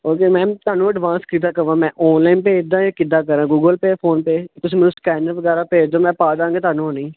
okay ma'am ਤੁਹਾਨੂੰ advance ਕੀਤਾ ਕਰਾਂ ਮੈਂ ਆਨਲਾਈਨ ਭੇਜਦਾ ਕਿਦਾ ਕਰਾਂ ਗੂਗਲ ਪੇ ਫੋਨਪੇ ਤੁਸੀਂ ਮੈਨੂੰ ਸਕੈਨਰ ਵਗੈਰਾ ਭੇਜ ਦਿਓ ਮੈਂ ਪਾ ਦਿਆਂਗਾ ਤੁਹਾਨੂੰ ਹੁਣੇ ਹੀ